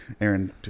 Aaron